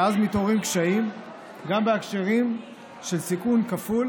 שאז מתעוררים קשיים גם בהקשרים של סיכון כפול